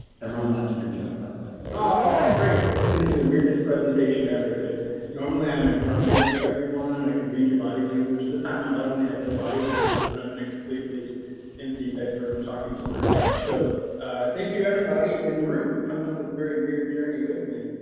everyone laughed at your joke, by the way. matt portwood oh, great. this is going to be the weirdest presentation ever, because normally i'm in front of everyone and i can read your body language. this time, i not only have no body language, but i'm in a completely empty bedroom talking to myself. so thank you everybody in the room for coming on this very weird journey with me.